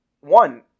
one